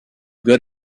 good